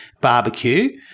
barbecue